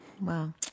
Wow